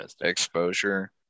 exposure